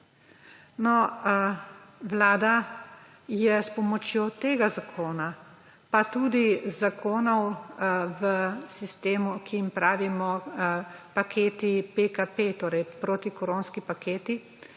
Vlada je s pomočjo tega zakona pa tudi zakonov v sistemu, ki jim pravimo paketi PKP, torej protikoronski paketi,